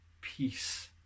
peace